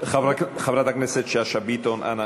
חברת הכנסת שאשא ביטון, אנא.